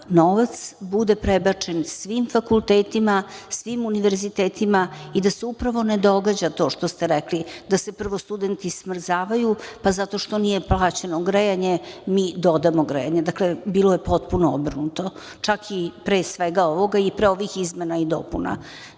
da novac bude prebačen svim fakultetima, svim univerzitetima i da se upravo ne događa to što ste rekli, da se prvo studenti smrzavaju zato što nije plaćeno grejanje, mi dodamo grejanje. Dakle, bilo je potpuno obrnuto, čak i pre svega ovoga i pre ovih izmena i dopuna.S